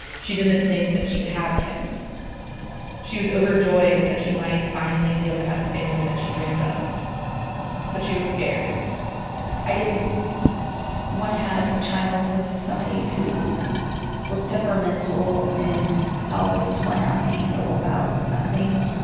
she didn't think she could have kids she was overjoyed that she might finally be able to have the family that she dreamed of but she was scared i didn't want to have a child with somebody who was temperamental and always flying off the handle about nothing.